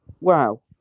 wow